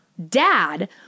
Dad